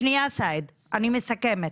שנייה, סאיד, אני מסכמת,